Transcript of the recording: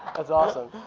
that's awesome.